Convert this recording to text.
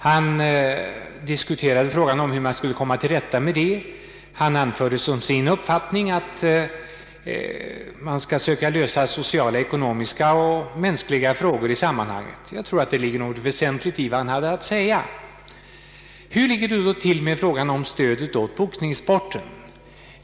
Han diskuterade frågan hur man skulle komma till rätta därmed och anförde som sin uppfattning att man bör lösa sociala, ekonomiska och mänskliga problem i detia sammanhang. Jag tror att det ligger någonting väsentligt i vad han hade att säga. Hur ligger det då till med frågan om stödet till boxningssporten?